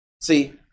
See